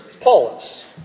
Paulus